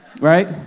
right